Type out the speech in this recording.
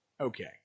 okay